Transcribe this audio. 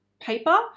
paper